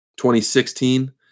2016